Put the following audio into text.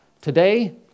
today